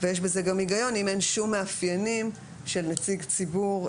ויש בזה גם הגיון אם אין שום מאפיינים של נציג ציבור,